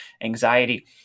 anxiety